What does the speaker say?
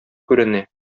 күренә